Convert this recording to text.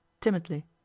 timidly